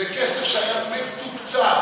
זה כסף שהיה מתוקצב,